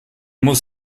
muss